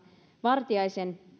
vartiaisen